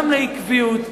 גם לעקביות.